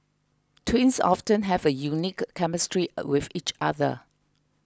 twins often have a unique chemistry with each other